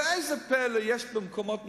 ואיזה פלא, יש מקומות מסוימים,